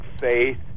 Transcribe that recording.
faith